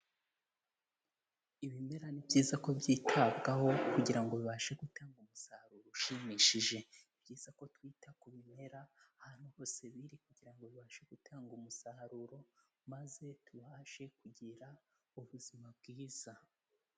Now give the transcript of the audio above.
Ibimera ni byiza ko byitabwaho kugira ngo bibashe gutanga umusaruro ushimishije, ni byiza ko twita ku bimera, ahantu hose biri kugira ngo bibashe gutanga umusaruro, maze tubashe kugira ubuzima bwiza.